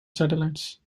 satellites